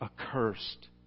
accursed